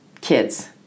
kids